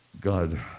God